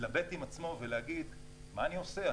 להתלבט עם עצמו ולהגיד: מה אני עושה?